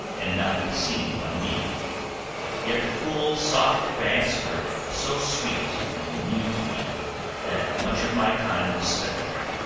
and not be seen by me yet the cool, soft banks were so sweet and new to me that much of my time was spent there.